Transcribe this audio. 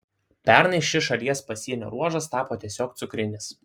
pernai šis šalies pasienio ruožas tapo tiesiog cukrinis